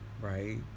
Right